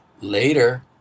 Later